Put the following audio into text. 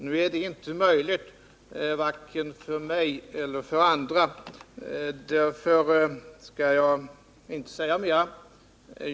Nu är det inte möjligt vare sig för mig eller för andra. Därför skall jag inte säga mera.